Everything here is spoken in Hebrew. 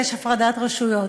יש הפרדת רשויות.